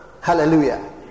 Hallelujah